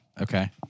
Okay